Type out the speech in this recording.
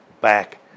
back